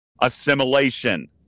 Assimilation